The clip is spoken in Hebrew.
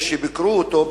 אלה שביקרו אותו,